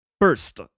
First